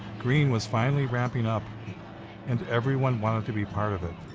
green was finally ramping up and everyone wanted to be part of it.